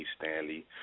Stanley